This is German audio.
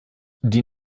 die